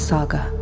Saga